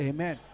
Amen